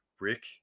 Rick